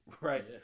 right